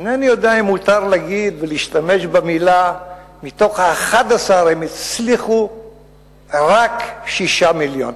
אינני יודע אם מותר להגיד שמתוך ה-11 הם הצליחו רק 6 מיליון,